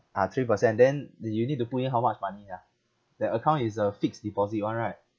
ah three percent then you need to put in how much money ah that account is a fixed deposit [one] right